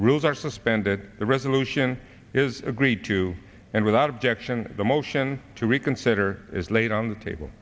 rules are suspended the resolution is agreed to and without objection the motion to reconsider is laid on the table